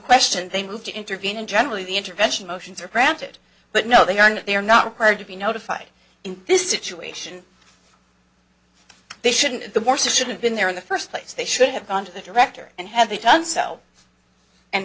question they move to intervene and generally the intervention motions are granted but no they are not they are not required to be notified in this situation they shouldn't the more should have been there in the first place they should have gone to the director and have they done so and